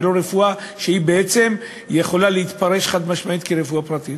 לא רפואה שבעצם יכולה להתפרש חד-משמעית כרפואה פרטית.